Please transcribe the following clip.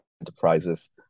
enterprises